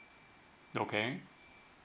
okay